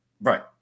Right